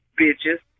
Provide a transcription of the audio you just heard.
bitches